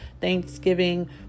Thanksgiving